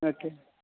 okay